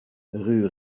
rue